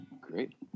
Great